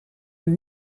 een